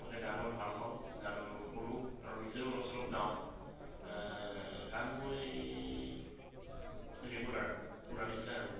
মুঠতে গান মই ভাল পাওঁ গান শুনো আৰু নিজেও অলপ চলপ গাওঁ গান মই ৰেগুলাৰ শুনাৰ নিচিনাই আৰু